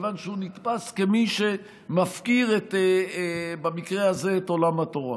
מכיוון שהוא נתפס כמי שמפקיר במקרה הזה את עולם התורה.